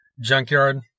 Junkyard